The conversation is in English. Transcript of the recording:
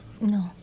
No